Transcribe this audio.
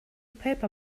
paper